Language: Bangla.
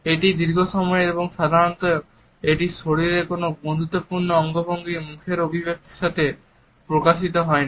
এটি দীর্ঘসময়ের এবং সাধারণত এটি শরীরের কোন বন্ধুত্বপূর্ণ অঙ্গভঙ্গি মুখের অভিব্যক্তির সাথে প্রকাশিত হয় না